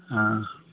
हँ